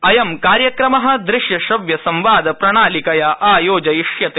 अयं कार्यक्रम दृश्यश्रव्यसंवाद प्रणालिकया आयोजयिष्यते